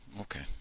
okay